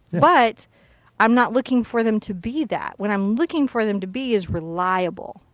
but i'm not looking for them to be that. what i'm looking for them to be is reliable.